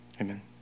amen